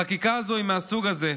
החקיקה הזו היא מהסוג הזה,